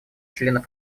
членов